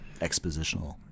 expositional